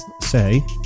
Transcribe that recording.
say